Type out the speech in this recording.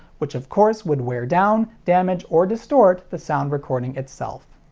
which of course would wear down, damage, or distort the sound recording itself.